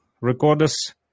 recorders